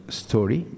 story